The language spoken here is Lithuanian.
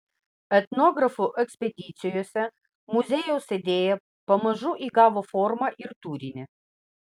etnografų ekspedicijose muziejaus idėja pamažu įgavo formą ir turinį